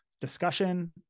discussion